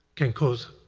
can cause